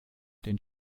den